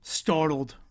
startled